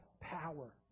power